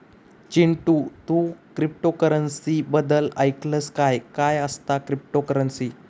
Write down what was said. चिंटू, तू क्रिप्टोकरंसी बद्दल ऐकलंस काय, काय असता क्रिप्टोकरंसी?